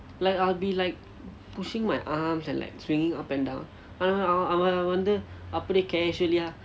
like I'll be like pushing my arms and like swinging up and down அவன் அவன் வந்து அப்படி:avan avan vanthu appadi casually ah